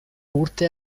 urte